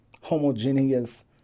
homogeneous